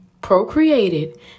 procreated